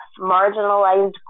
marginalized